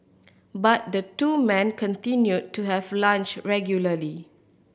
but the two men continued to have lunch regularly